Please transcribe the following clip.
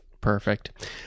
Perfect